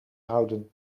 houden